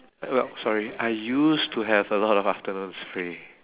sorry I used to have a lot of afternoons free